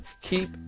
keep